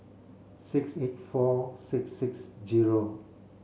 six eight four six six zero